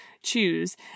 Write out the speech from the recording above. choose